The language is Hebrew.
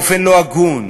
באופן לא הגון,